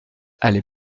allée